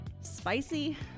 spicy